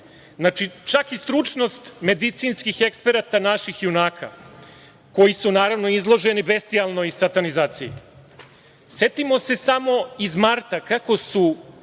Znači, čak i stručnost medicinskih eksperata naših junaka koji su naravno izloženi bestijalnoj satanizaciji. Setimo se samo iz marta kako su